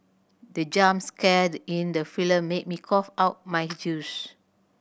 the jump scare in the film made me cough out my juice